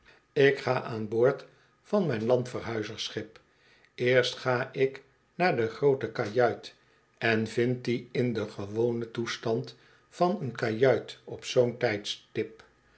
ik ga aan boord van mijn landverhuizersschip eerst ga ik naar de groote kajuit en vind die in den gewonen toestand van een kajuit op zoo'n tijdstip